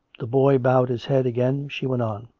the boy bowed his head again. she went on